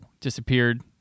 disappeared